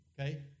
okay